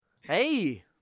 Hey